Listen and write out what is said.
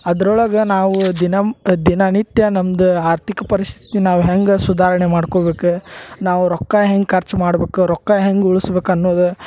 ಅದ್ರೊಳಗೆ ನಾವು ದಿನ ದಿನನಿತ್ಯ ನಮ್ದು ಆರ್ಥಿಕ ಪರಿಸ್ಥಿತಿ ನಾವು ಹೆಂಗೆ ಸುಧಾರ್ಣೆ ಮಾಡ್ಕೊಬೇಕು ನಾವು ರೊಕ್ಕ ಹೆಂಗೆ ಖರ್ಚು ಮಾಡ್ಬೇಕು ರೊಕ್ಕ ಹೆಂಗೆ ಉಳಿಸ್ಬೇಕು ಅನ್ನುದು